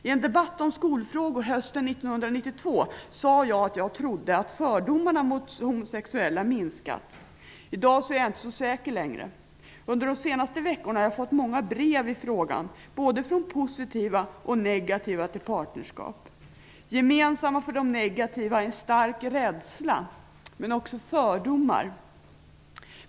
I en debatt om skolfrågor hösten 1992 sade jag att jag trodde att fördomarna mot homosexuella minskat. I dag är jag inte så säker längre. Under de senaste veckorna har jag fått många brev i frågan, från både sådana som är positiva och sådana som är negativa till partnerskap. Gemensamt för de negativa är en stark rädsla, men också fördomar.